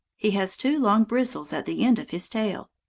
he has two long bristles at the end of his tail.